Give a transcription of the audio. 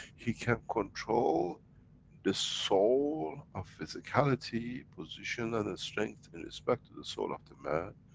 he can control the soul of physicality position and strength in respect to the soul of the man,